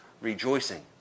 rejoicing